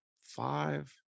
five